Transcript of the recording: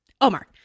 Omar